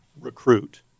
recruit